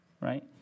right